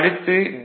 அடுத்து டி